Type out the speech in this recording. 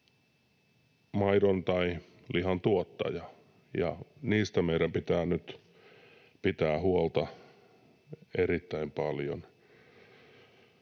maidon- tai lihantuottaja, ja niistä meidän pitää nyt pitää huolta erittäin paljon.